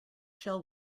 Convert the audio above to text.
shell